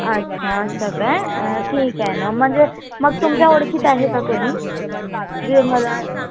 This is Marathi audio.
अच्छा असं काय ठीक आहे ना म्हणजे मग तुमच्या ओळखीत आहे का कोणी जे मला